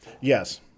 yes